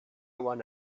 one